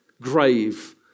Grave